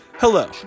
Hello